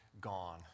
gone